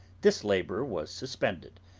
this labour was suspended,